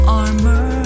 armor